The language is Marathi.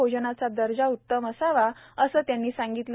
भोजनाचा दर्जा उत्तम असावा असे त्यांनी सांगितले